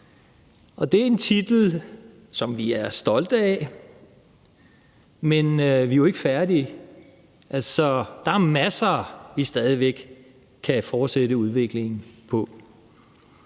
og det er en titel, som vi er stolte af, men vi er jo ikke færdige. Der er masser, som vi stadig væk kan fortsætte udviklingen af.